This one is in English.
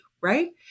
right